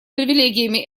привилегиями